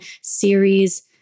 series